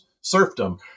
serfdom